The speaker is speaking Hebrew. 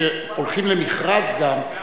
כשהולכים למכרז גם,